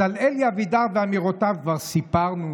אז על אלי אבידר ואמירותיו כבר סיפרנו,